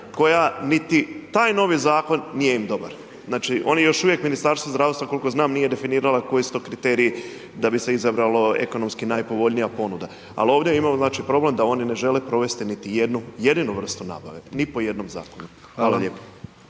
koja niti taj novi zakon nije im dobar. Znači oni još uvijek, Ministarstvo zdravstva nije definiralo koji su to kriteriji da bi se izabrala ekonomski najpovoljnija ponuda. Ali ovdje imamo znači problem da oni ne žele provesti niti jednu, jedinu vrstu nabave ni po jednom zakonu. Hvala lijepa.